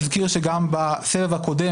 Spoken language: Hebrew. אזכיר שבסבב הקודם,